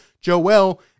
Joel